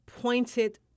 pointed